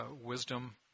wisdom